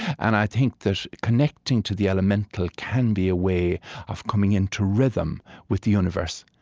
and i think that connecting to the elemental can be a way of coming into rhythm with the universe.